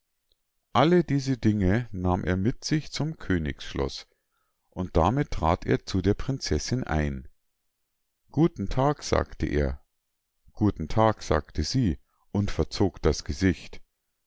alle diese dinge nahm er mit sich zum königsschloß und damit trat er zu der prinzessinn ein guten tag sagte er guten tag sagte sie und verzog das gesicht